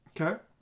Okay